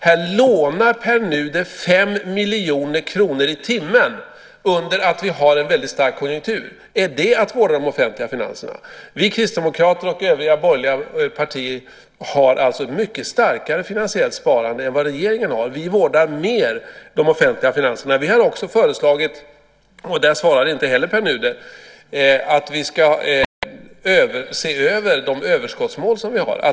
Här lånar Pär Nuder 5 miljoner kronor i timmen samtidigt som vi har en väldigt stark konjunktur. Är det att vårda de offentliga finanserna? Vi kristdemokrater och övriga borgerliga partier har alltså ett mycket starkare finansiellt sparande än vad regeringen har. Vi vårdar de offentliga finanserna mer. Vi har också föreslagit - och där svarar inte heller Pär Nuder - att vi ska se över de överskottsmål som vi har.